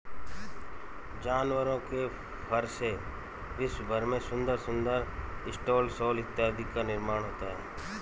जानवरों के फर से विश्व भर में सुंदर सुंदर स्टॉल शॉल इत्यादि का निर्माण होता है